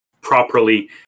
properly